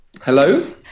Hello